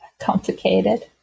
complicated